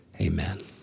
amen